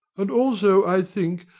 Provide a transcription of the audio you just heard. and also, i think,